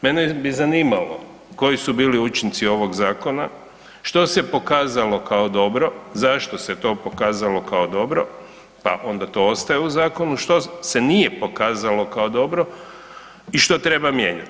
Mene bi zanimalo koji su bili učinci ovog Zakona, što se pokazalo kao dobro, zašto se to pokazalo kao dobro, pa onda to ostaje u Zakonu, što se nije pokazalo kao dobro i što treba mijenjati.